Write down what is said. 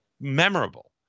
memorable